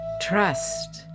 trust